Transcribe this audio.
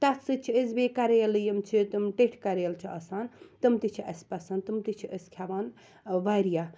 تَتھ سۭتۍ چھِ أسۍ بیٚیہِ کریلہٕ یِم چھِ تِم ٹیٚٹھۍ کریلہٕ چھِ آسان تم تہِ چھِ اسہِ پسنٛد تم تہِ چھِ أسۍ کھیٚوان واریاہ